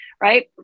right